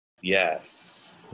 yes